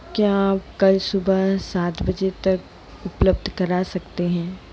क्या आप कल सुबह सात बजे तक उपलब्ध करा सकते हैं